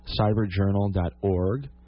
cyberjournal.org